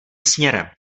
směrem